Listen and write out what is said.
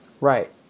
Right